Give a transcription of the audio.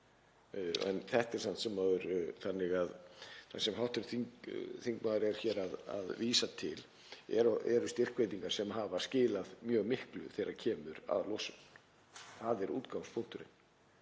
er forgangsraðað í það. Það sem hv. þingmaður er hér að vísa til eru styrkveitingar sem hafa skilað mjög miklu þegar kemur að losun. Það er útgangspunkturinn.